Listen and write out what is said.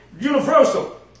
universal